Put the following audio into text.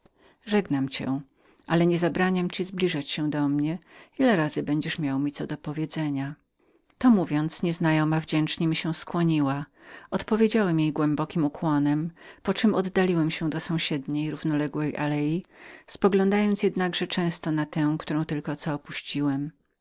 żegnam pana ale niezabraniam mu zbliżać się do mnie ile razy będziesz miał mi co do powiedzenia to mówiąc nieznajoma wdzięcznie mi się skłoniła odpowiedziałem jej na to głębokim ukłonom po czem oddaliłem się do sąsiedniej i równoległej alei spoglądając często na tę którą tylko co